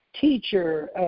teacher